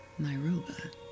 Myroba